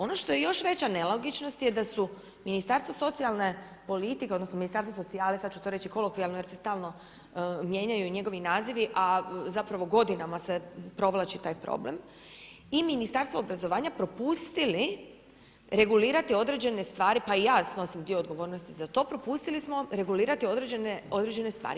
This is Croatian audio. Ono što je još veća nelogičnost je da su Ministarstvo socijalne politike, odnosno Ministarstvo socijale, sad ću to reći kolokvijalno jer se stalno mijenjaju njegovi nazivi a zapravo godinama se provlači taj problem, i Ministarstvo obrazovanja, propustili regulirati određene stvari, pa i ja snosim dio odgovornosti za to, propustili smo regulirati određene stvari.